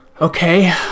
Okay